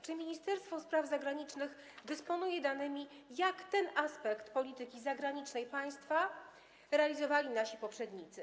Czy Ministerstwo Spraw Zagranicznych dysponuje danymi o tym, jak ten aspekt polityki zagranicznej państwa realizowali nasi poprzednicy?